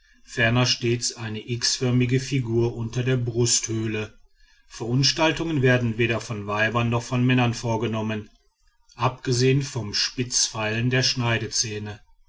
ferner stets eine x förmige figur unter der brusthöhle verunstaltungen werden weder von weibern noch von männern vorgenommen abgesehen vom spitzfeilen der schneidezähne